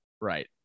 Right